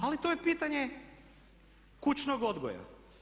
Ali to je pitanje kućnog odgoja.